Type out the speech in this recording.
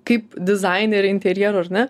kaip dizainerė interjero ar ne